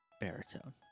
Baritone